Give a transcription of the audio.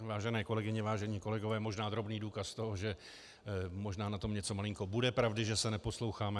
Vážené kolegyně, vážení kolegové, možná drobný důkaz toho, že možná na tom něco malinko bude pravdy, že se neposloucháme.